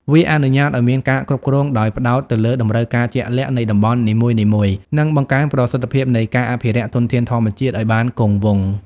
វាអនុញ្ញាតឱ្យមានការគ្រប់គ្រងដោយផ្តោតទៅលើតម្រូវការជាក់លាក់នៃតំបន់នីមួយៗ និងបង្កើនប្រសិទ្ធភាពនៃការអភិរក្សធនធានធម្មជាតិឱ្យបានគង់វង្ស។